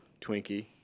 Twinkie